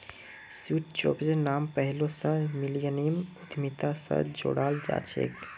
Steve जॉब्सेर नाम पैहलौं स मिलेनियम उद्यमिता स जोड़ाल जाछेक